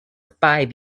five